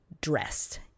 dressed